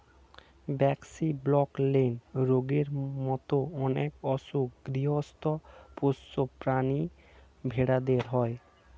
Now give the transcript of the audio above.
braxy, black leg রোগের মত অনেক অসুখ গৃহস্ত পোষ্য প্রাণী ভেড়াদের হয়